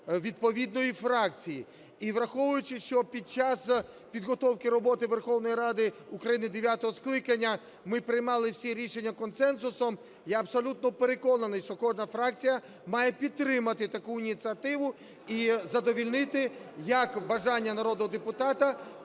відповідної фракції. І враховуючи, що під час підготовки роботи Верховної Ради України дев'ятого скликання ми приймали всі рішення консенсусом, я абсолютно переконаний, що кожна фракція має підтримати таку ініціативу і задовольнити як бажання народного депутата,